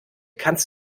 kannst